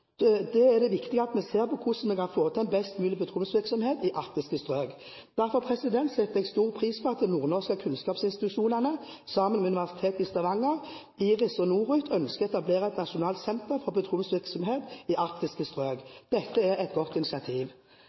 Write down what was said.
Det viktige er at vi ser på hvordan vi kan få til en best mulig petroleumsvirksomhet i arktiske strøk. Derfor setter jeg stor pris at de nordnorske kunnskapsinstitusjonene sammen med Universitetet i Stavanger, IRIS og Norut ønsker å etablere et nasjonalt senter for petroleumsvirksomhet i arktiske strøk. Dette er et godt initiativ.